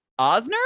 Osner